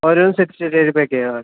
ഒരു പേക്ക് ചെയ്താൽമതി